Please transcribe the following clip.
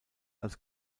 als